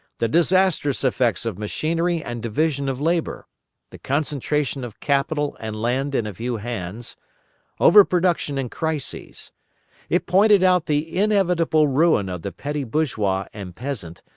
the disastrous effects of machinery and division of labour the concentration of capital and land in a few hands overproduction and crises it pointed out the inevitable ruin of the petty bourgeois and peasant,